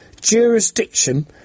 jurisdiction